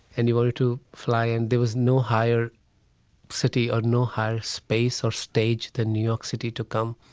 and he wanted to fly, and there was no higher city or no higher space or state than new york city to come.